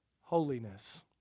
holiness